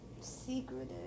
secretive